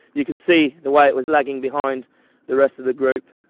you could see the way it was lagging behind the rest of the group